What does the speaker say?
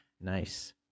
Nice